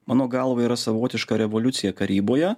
mano galva yra savotiška revoliucija karyboje